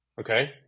Okay